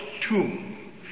tomb